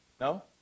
No